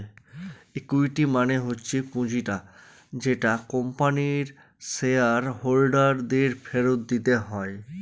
equity মানে হচ্ছে পুঁজিটা যেটা কোম্পানির শেয়ার হোল্ডার দের ফেরত দিতে হয়